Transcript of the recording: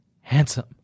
handsome